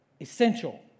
essential